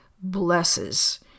blesses